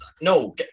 no